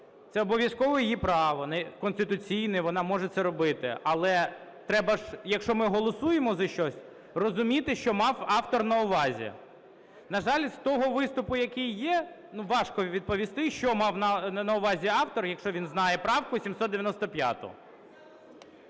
Це обов'язково її право конституційне, вона може це робити. Але треба ж, якщо ми голосуємо за щось, розуміти, що мав автор на увазі. На жаль, з того виступу, який є, важко відповісти, що мав на увазі автор, якщо він знає правку 795-у.